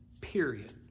period